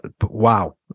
wow